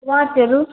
वाचहरू